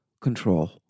control